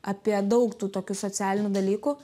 apie daug tų tokių socialinių dalykų